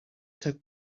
took